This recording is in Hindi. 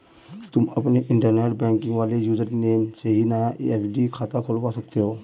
तुम अपने इंटरनेट बैंकिंग वाले यूज़र नेम से ही नया एफ.डी खाता खुलवा सकते हो